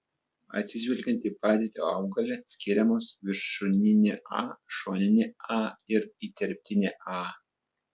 atsižvelgiant į padėtį augale skiriamos viršūninė a šoninė a ir įterptinė a